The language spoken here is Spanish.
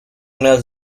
nuevas